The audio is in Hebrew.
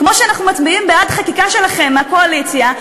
כמו שאנחנו מצביעים בעד חקיקה שלכם מהקואליציה,